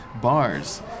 bars